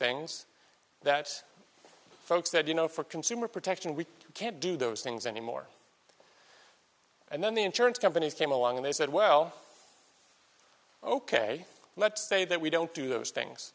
things that folks said you know for consumer protection we can't do those things anymore and then the insurance companies came along and they said well ok let's say that we don't do those things